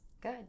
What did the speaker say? good